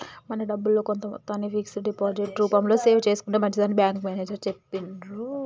మన డబ్బుల్లో కొంత మొత్తాన్ని ఫిక్స్డ్ డిపాజిట్ రూపంలో సేవ్ చేసుకుంటే మంచిదని బ్యాంకు మేనేజరు చెప్పిర్రు